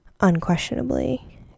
unquestionably